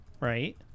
right